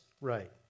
right